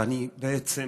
ואני בעצם